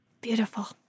Beautiful